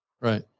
Right